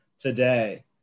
Today